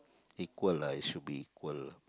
equal lah it should be equal